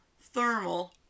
thermal